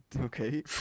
okay